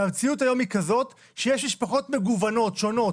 המציאות היום היא כזאת שיש משפחות מגוונות, שונות.